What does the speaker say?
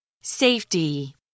Safety